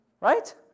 Right